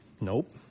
Nope